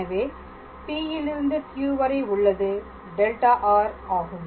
எனவே P இலிருந்து Q வரை உள்ளது δr ஆகும்